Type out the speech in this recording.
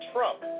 Trump